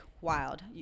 wild